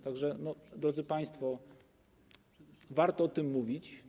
Tak że, drodzy państwo, warto o tym mówić.